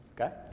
okay